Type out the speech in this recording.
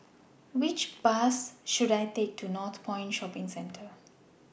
Which Bus should I Take to Northpoint Shopping Centre